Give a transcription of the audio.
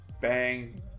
Bang